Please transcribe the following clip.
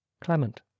Clement